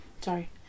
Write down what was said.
sorry